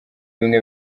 bimwe